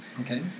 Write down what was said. Okay